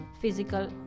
physical